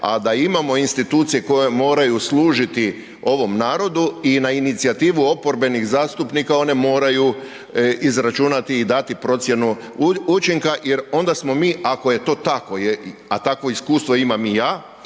a da imamo institucije koje moraju služiti ovom narodu i na inicijativu oporbenih zastupnika one moraju izračunati i dati procjenu učinka jer onda smo ako je to tako, a takvo iskustvo imam i ja